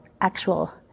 actual